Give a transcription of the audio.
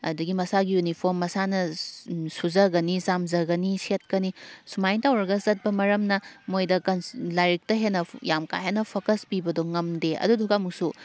ꯑꯗꯒꯤ ꯃꯁꯥꯒꯤ ꯌꯨꯅꯤꯐꯣꯝ ꯃꯁꯥꯅ ꯁꯨꯖꯒꯅꯤ ꯆꯥꯝꯖꯒꯅꯤ ꯁꯦꯠꯀꯅꯤ ꯁꯨꯃꯥꯏꯅ ꯇꯧꯔꯒ ꯆꯠꯄ ꯃꯔꯝꯅ ꯃꯣꯏꯗ ꯂꯥꯏꯔꯤꯛꯇ ꯍꯦꯟꯅ ꯌꯥꯝ ꯀꯥ ꯍꯦꯟꯅ ꯐꯣꯀꯁ ꯄꯤꯕꯗꯣ ꯉꯝꯗꯦ ꯑꯗꯨꯗꯨꯒ ꯑꯃꯨꯛꯁꯨ